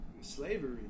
slavery